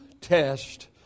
test